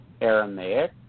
Aramaic